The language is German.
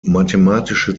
mathematische